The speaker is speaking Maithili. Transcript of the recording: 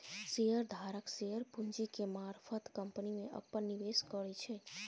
शेयर धारक शेयर पूंजी के मारफत कंपनी में अप्पन निवेश करै छै